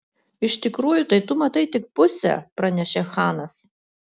iš tikrųjų tai tu matai tik pusę pranešė chanas